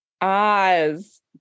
oz